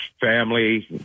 family